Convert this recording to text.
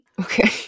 Okay